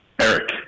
Eric